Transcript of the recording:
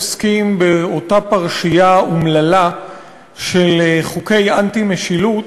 עוסקים באותה פרשייה אומללה של חוקי אנטי-משילות